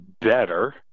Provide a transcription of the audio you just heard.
better